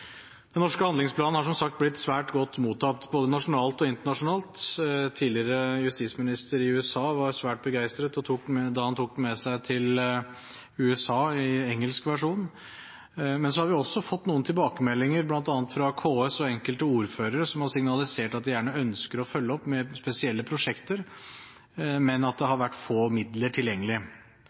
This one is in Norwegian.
Den norske handlingsplanen har, som sagt, blitt svært godt mottatt, både nasjonalt og internasjonalt. Tidligere justisminister i USA var svært begeistret og tok med seg til USA den engelske versjonen. Men vi har også fått noen tilbakemeldinger fra bl.a. KS og enkelte ordførere, som har signalisert at de gjerne ønsker å følge opp med spesielle prosjekter, men at det har vært få midler tilgjengelig.